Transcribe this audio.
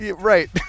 Right